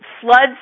floods